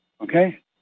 Okay